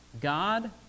God